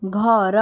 ଘର